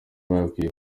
ntibakwiye